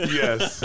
yes